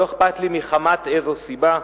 לא אכפת לי מחמת איזו סיבה,